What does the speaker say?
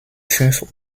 fünf